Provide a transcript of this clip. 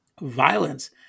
violence